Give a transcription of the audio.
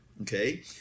Okay